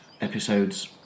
episodes